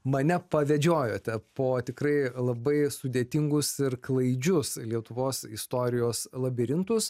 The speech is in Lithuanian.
mane pavedžiojote po tikrai labai sudėtingus ir klaidžius lietuvos istorijos labirintus